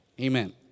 Amen